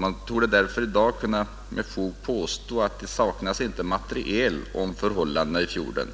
Man torde därför med fog kunna påstå att det inte saknas material om förhållandena i fjorden,